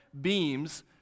beams